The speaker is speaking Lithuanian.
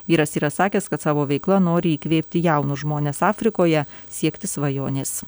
vyras yra sakęs kad savo veikla nori įkvėpti jaunus žmones afrikoje siekti svajonės